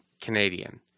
Canadian